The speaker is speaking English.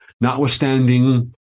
notwithstanding